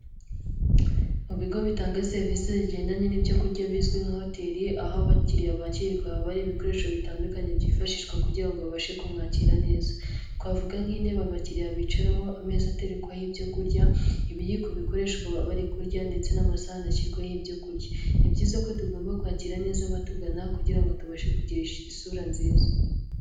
Mu bigo bitanga serivise zigendanye n'ibyo kurya bizwi nka hoteri, aho abakiriya bakirwa haba hari ibikoresho bitandukanye byifashishwa kugira ngo babashe kumwakira neza, twavuga nk'intebe abakiriya bicaraho, ameza atekwaho ibyo kurya, ibiyiko bikoreshwa bari kurya ndetse n'amasahani ashyirwaho ibyo kurya, ni byiza ko tugomba kwakira neza abatugana kugira ngo tubashe kugira isura nziza.